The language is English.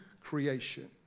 creation